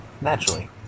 naturally